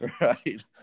right